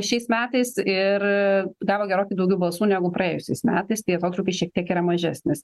šiais metais ir gavo gerokai daugiau balsų negu praėjusiais metais tai atotrūkis šiek tiek yra mažesnis